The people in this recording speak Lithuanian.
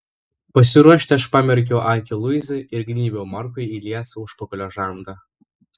pasiruošti aš pamerkiau akį luizai ir gnybiau markui į liesą užpakalio žandą